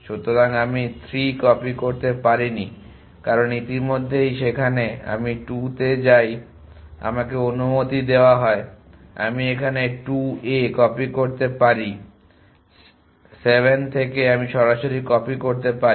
সুতরাং আমি 3 কপি করতে পারিনি কারণ ইতিমধ্যেই সেখানে আমি 2তে যাই আমাকে অনুমতি দেওয়া হয় আমি এখানে 2 এ কপি করতে পারি 7 থেকে আমি সরাসরি কপি করতে পারি